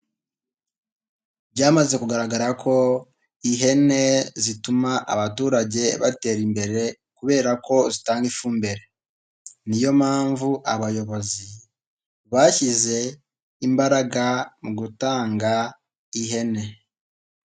Byamaze kugaragara ko ihene zituma abaturage batera imbere kubera ko zitanga ifumbire. Niyo mpamvu abayobozi bashyize imbaraga mu gutanga ihene.